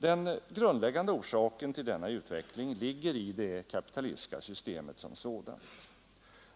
Den grundläggande orsaken till denna utveckling ligger i det kapitalistiska systemet som sådant.